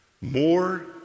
More